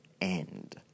end